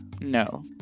No